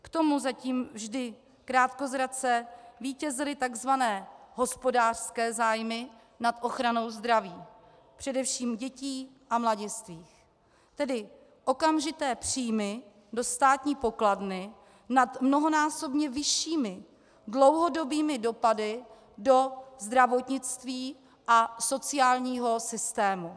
K tomu zatím vždy krátkozrace vítězily tzv. hospodářské zájmy nad ochranou zdraví především dětí a mladistvých, tedy okamžité příjmy do státní pokladny nad mnohonásobně vyššími, dlouhodobými dopady do zdravotnictví a sociálního systému.